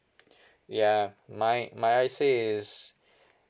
ya my my I_C is